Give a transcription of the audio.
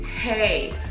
Hey